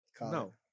no